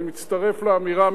אני מצטרף לאמירה,